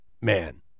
Man